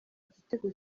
igitego